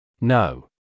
No